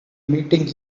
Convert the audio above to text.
meeting